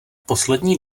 poslední